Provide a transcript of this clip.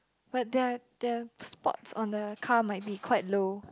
but they are they are spots on the car might be quite low